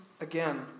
Again